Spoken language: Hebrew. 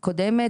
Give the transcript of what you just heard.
קודמת.